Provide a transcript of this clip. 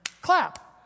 clap